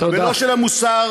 ולא של המוּסר,